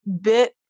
bit